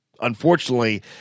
unfortunately